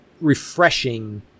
refreshing